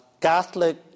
Catholic